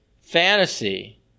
fantasy